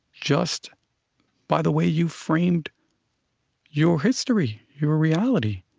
just by the way you framed your history, your reality.